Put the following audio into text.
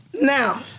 Now